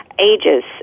ages